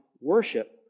worship